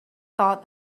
thought